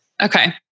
Okay